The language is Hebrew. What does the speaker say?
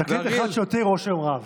תקליט אחד, שהותיר רושם רב.